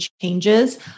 changes